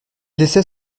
laissait